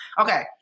Okay